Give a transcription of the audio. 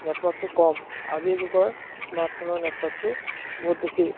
নেটৱৰ্কটো কম আজিৰ যুগৰ স্মাৰ্টফোনৰ নেটৱৰ্কটো বহুত বেছি